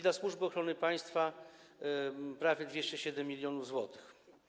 Dla Służby Ochrony Państwa jest prawie 207 mln zł.